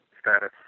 status